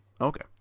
Okay